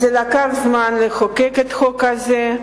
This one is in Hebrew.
לקח זמן לחוקק את החוק הזה.